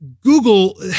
Google